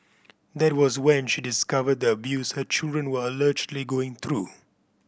that was when she discovered the abuse her children were allegedly going through